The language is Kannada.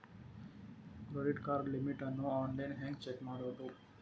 ಕ್ರೆಡಿಟ್ ಕಾರ್ಡ್ ಲಿಮಿಟ್ ಅನ್ನು ಆನ್ಲೈನ್ ಹೆಂಗ್ ಚೆಕ್ ಮಾಡೋದು?